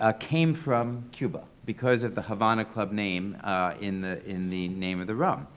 ah came from cuba because of the havana club name in the in the name of the rum.